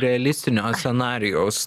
realistinio scenarijaus